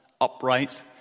upright